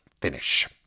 finish